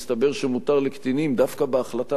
מסתבר שמותר לקטינים דווקא בהחלטה